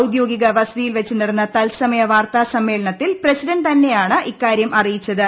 ഔദ്യോഗിക വസതിയിൽ വെച്ച് നടന്ന തത്സമയ വാർത്താ സമ്മേളനത്തിൽ പ്രസിഡന്റ് തന്നെയാണ് ഇക്കാര്യം അറിയിച്ചത്